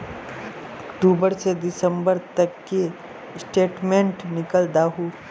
अक्टूबर से दिसंबर तक की स्टेटमेंट निकल दाहू?